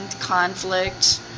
conflict